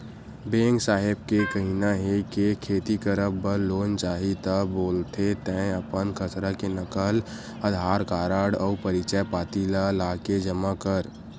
bank साहेब के कहिना हे के खेती करब बर लोन चाही ता बोलथे तंय अपन खसरा के नकल, अधार कारड अउ परिचय पाती ल लाके जमा कर